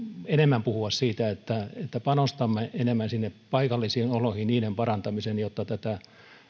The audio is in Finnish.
enemmän puhua siitä että panostamme enemmän sinne paikallisiin oloihin niiden parantamiseen jotta tätä